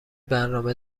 برنامه